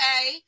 Okay